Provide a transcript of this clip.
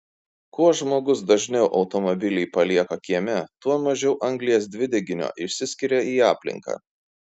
kuo žmogus dažniau automobilį palieka kieme tuo mažiau anglies dvideginio išsiskiria į aplinką